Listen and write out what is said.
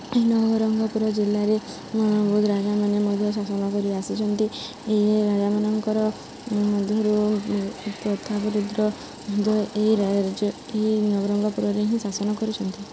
ଏହି ନବରଙ୍ଗପୁର ଜିଲ୍ଲାରେ ବହୁତ ରାଜାମାନେ ମଧ୍ୟ ଶାସନ କରିଆସିଛନ୍ତି ଏହି ରାଜାମାନଙ୍କର ମଧ୍ୟରୁ ପ୍ରଥା ଦରିଦ୍ର ମଧ୍ୟ ଏହି ଏହି ନବରଙ୍ଗପୁରରେ ହିଁ ଶାସନ କରିଛନ୍ତି